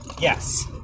Yes